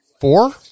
Four